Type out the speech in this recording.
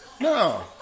No